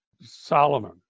Solomon